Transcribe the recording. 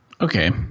Okay